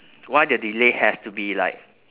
why the delay has to be like